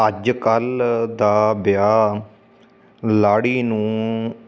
ਅੱਜ ਕੱਲ੍ਹ ਦਾ ਵਿਆਹ ਲਾੜੀ ਨੂੰ